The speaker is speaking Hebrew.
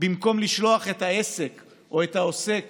במקום לשלוח את העסק או את העוסק